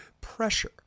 pressure